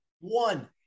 One